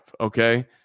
okay